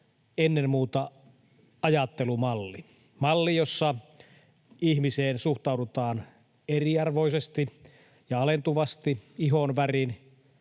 ennen muuta ajattelumalli. Malli, jossa ihmiseen suhtaudutaan eriarvoisesti ja alentuvasti ihonvärin,